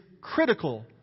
critical